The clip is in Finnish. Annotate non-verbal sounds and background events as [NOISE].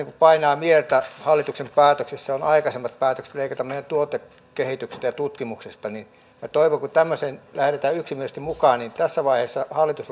[UNINTELLIGIBLE] kuin painaa mieltä hallituksen päätöksissä on aikaisemmat päätökset leikata meidän tuotekehityksestä ja tutkimuksesta minä toivon että kun tämmöiseen lähdetään yksimielisesti mukaan niin tässä vaiheessa hallitus [UNINTELLIGIBLE]